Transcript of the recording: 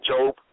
Job